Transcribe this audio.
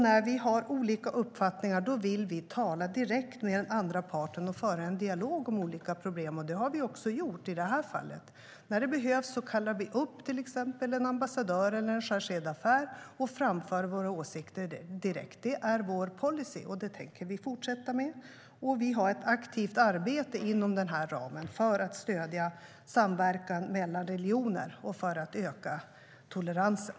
När vi har olika uppfattningar vill vi tala direkt med den andra parten och föra en dialog om olika problem, och det har vi också gjort i det här fallet. När det behövs kallar vi upp till exempel en ambassadör eller en chargé d'affaires och framför våra åsikter direkt. Det är vår policy, och det tänker vi fortsätta med. Vi har ett aktivt arbete inom denna ram för att stödja samverkan mellan religioner och för att öka toleransen.